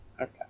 Okay